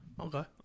Okay